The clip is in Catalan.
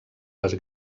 les